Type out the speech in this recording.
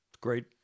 Great